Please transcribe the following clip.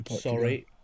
sorry